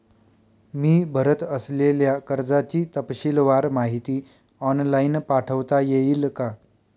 मी भरत असलेल्या कर्जाची तपशीलवार माहिती ऑनलाइन पाठवता येईल का?